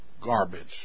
Garbage